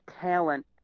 talent